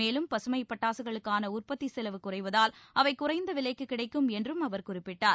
மேலும் பசுமைப் பட்டாசுகளுக்கான உற்பத்தி செலவு குறைவதால் அவை குறைந்த விலைக்குக் கிடைக்கும் என்றும் அவர் குறிப்பிட்டார்